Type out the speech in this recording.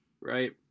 right